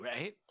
right